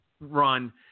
run